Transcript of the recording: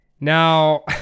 Now